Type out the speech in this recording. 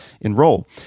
enroll